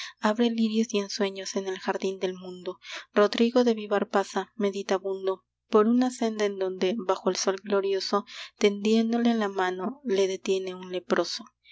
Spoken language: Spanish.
abre lirios y sueños en el jardín del mundo rodrigo de vivar pasa meditabundo por una senda en donde bajo el sol glorioso tendiéndole la mano le detiene un leproso